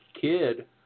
kid